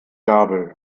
gabel